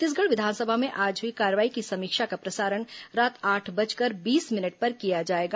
छत्तीसगढ़ विधानसभा में आज हुई कार्यवाही की समीक्षा का प्रसारण रात आठ बजकर बीस मिनट पर किया जाएगा